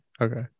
Okay